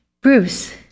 Bruce